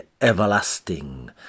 everlasting